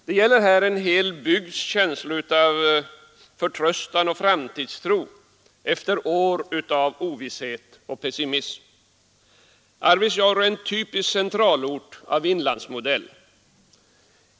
Det gäller här en hel bygds känsla av förtröstan och framtidstro efter år av ovisshet och pessimism. Arvidsjaur är en typisk centralort av inlandsmodell.